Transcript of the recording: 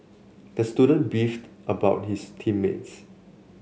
the student beefed about his team mates